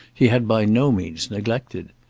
he had by no means neglected.